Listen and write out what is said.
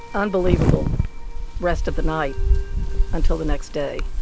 unbelievable rest of the night until the next day